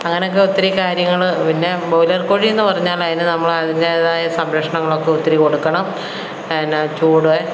അങ്ങനെയൊക്കെ ഒത്തിരി കാര്യങ്ങള് പിന്നെ ബോയ്ലർ കോഴിയെന്നു പറഞ്ഞാലതിനെ നമ്മള് അതിൻറ്റേന്തായ സംരക്ഷണങ്ങളൊക്കെ ഒത്തിരി കൊടുക്കണം പിന്നെ ചൂട്